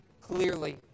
clearly